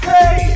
Hey